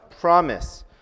promise